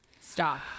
Stop